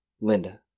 Linda